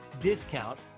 discount